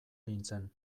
nintzen